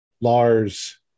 Lars